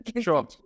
Sure